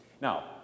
Now